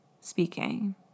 speaking